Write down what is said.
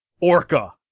Orca